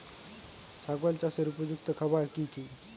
ছাগল চাষের উপযুক্ত খাবার কি কি?